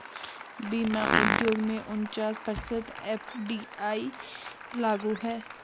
बीमा उद्योग में उनचास प्रतिशत एफ.डी.आई लागू है